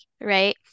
right